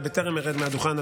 בטרם ארד מהדוכן,